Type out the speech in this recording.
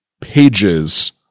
pages